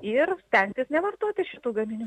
ir stengtis nevartoti šitų gaminių